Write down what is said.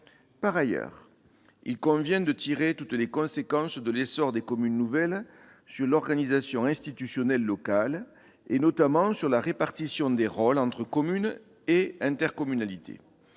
Par ailleurs, il convient de tirer toutes les conséquences de l'essor des communes nouvelles sur l'organisation institutionnelle locale, notamment sur la répartition des rôles entre communes et intercommunalités.